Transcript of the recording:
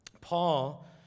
Paul